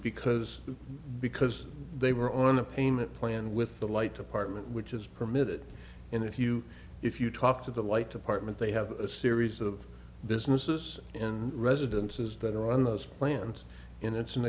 because because they were on a payment plan with the light department which is permitted and if you if you talk to the light department they have a series of businesses and residences that are on those plans in it's an